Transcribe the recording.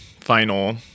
final